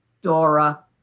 Dora